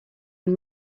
and